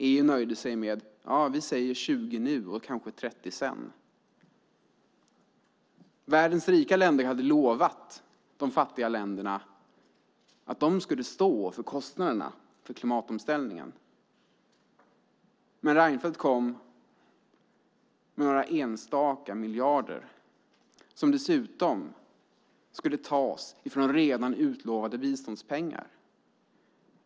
EU nöjde sig med 20 nu och kanske 30 sedan. Världens rika länder hade lovat de fattiga länderna att stå för kostnaden för klimatomställningen. Reinfeldt kom med några enstaka miljarder som dessutom skulle tas från redan utlovade biståndspengar.